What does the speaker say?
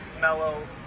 mellow